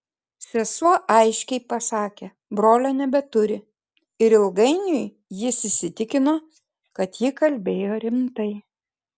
sesuo aiškiai pasakė brolio nebeturi ir ilgainiui jis įsitikino kad ji kalbėjo rimtai